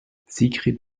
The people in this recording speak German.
sigrid